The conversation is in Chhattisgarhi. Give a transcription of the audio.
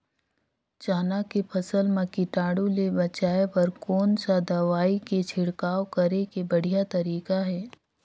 चाना के फसल मा कीटाणु ले बचाय बर कोन सा दवाई के छिड़काव करे के बढ़िया तरीका हे?